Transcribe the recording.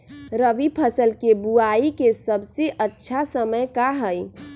रबी फसल के बुआई के सबसे अच्छा समय का हई?